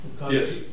Yes